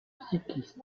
cycliste